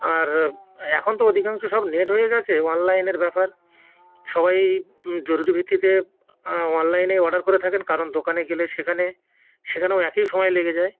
আর এখন তো অধিকাংশ সব নেট হয়ে গিয়েছে অনলাইনের ব্যাপার সবাই জরুরি ভিত্তিতে অনলাইনে অর্ডার করে থাকেন কারণ দোকানে গেলে সেখানে সেখানেও একই সময় লেগে যায়